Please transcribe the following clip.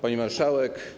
Pani Marszałek!